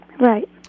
Right